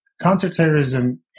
Counterterrorism